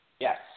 Yes